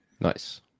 nice